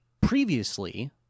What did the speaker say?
previously